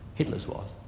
hitler's was.